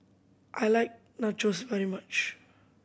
I like Nachos very much